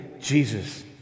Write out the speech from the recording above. Jesus